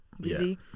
busy